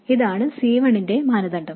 ഇതാണ് C 1 ന്റെ മാനദണ്ഡം